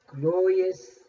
glorious